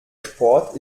sport